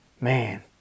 man